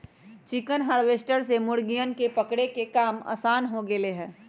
chicken harvester से मुर्गियन के पकड़े के काम आसान हो गैले है